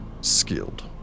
skilled